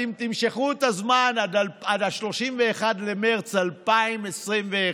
אתם תמשכו את הזמן עד 31 במרץ 2021,